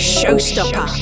Showstopper